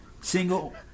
single